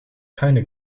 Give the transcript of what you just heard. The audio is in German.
keine